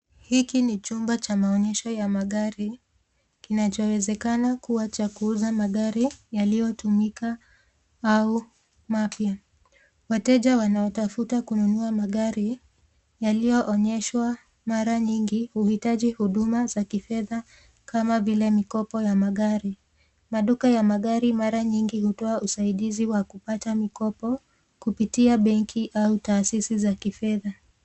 Hiki ni chumba cha maonyesho ya magari kinachowezekana kuwa cha kuuza magari yaliyotumika au mapya. Wateja wanaotafuta kununua magari yaliyoonyeshwa mara nyingi huhitaji huduma za kifedha kama vile mikopo ya magari. Maduka ya magari mara nyingi hutoa usaidizi wa kupata mikopo kupitia benki au taasisi za kifedha.